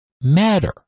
matter